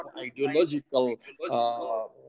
ideological